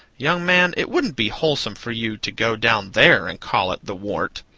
young man, it wouldn't be wholesome for you to go down there and call it the wart.